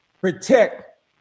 protect